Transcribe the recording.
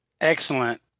Excellent